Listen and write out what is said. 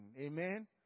Amen